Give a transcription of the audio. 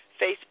Facebook